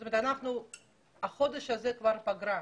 זאת אומרת, בחודש הזה יש פגרה.